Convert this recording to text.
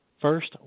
First